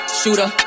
shooter